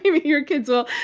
maybe your kids will.